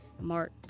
mark